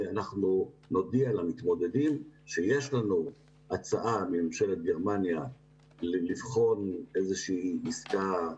שאנחנו נודיע למתמודדים שיש לנו הצעה מממשלת גרמניה לבחון איזושהי עסקה,